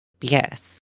Yes